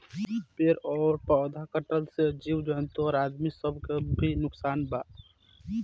पेड़ आ पौधा कटला से जीव जंतु आ आदमी सब के भी नुकसान बा